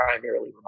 primarily